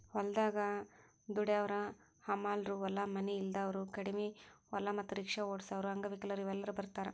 ಹೊಲದಾಗ ದುಡ್ಯಾವರ ಹಮಾಲರು ಹೊಲ ಮನಿ ಇಲ್ದಾವರು ಕಡಿಮಿ ಹೊಲ ಮತ್ತ ರಿಕ್ಷಾ ಓಡಸಾವರು ಅಂಗವಿಕಲರು ಇವರೆಲ್ಲ ಬರ್ತಾರ